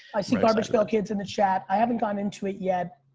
i see garbage pail kids in the chat. i haven't gotten into it yet.